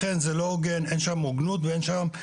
לכן זה לא הוגן, אין שם הוגנות ואין שם